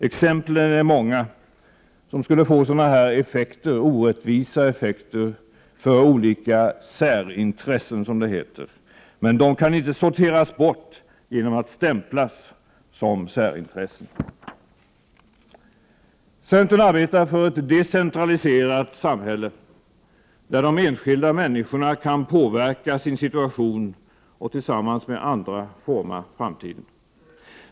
Exemplen är många som skulle få orättvisa effekter för olika särintressen, som det heter. Men de kan inte sorteras bort genom att stämplas som särintressen. Centern arbetar för ett decentraliserat samhälle, där de enskilda människorna kan påverka sin situation och tillsammans med andra forma framtiden.